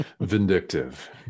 vindictive